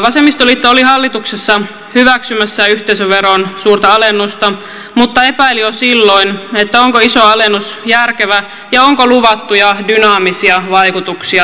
vasemmistoliitto oli hallituksessa hyväksymässä yhteisöveron suurta alennusta mutta epäili jo silloin onko iso alennus järkevä ja onko luvattuja dynaamisia vaikutuksia tulossa